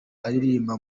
aririmba